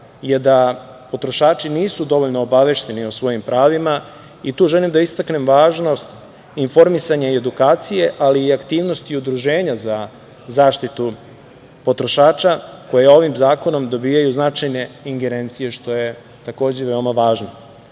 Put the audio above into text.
je da potrošači nisu dovoljno obavešteni o svojim pravima. Tu želim da istaknem važnost informisanja i edukacije, ali i aktivnosti udruženja za zaštitu potrošača, koja ovim zakonom dobijaju značajne ingerencije, što je takođe veoma važno. Kao